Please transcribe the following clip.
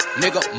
nigga